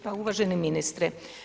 Pa uvaženi ministre.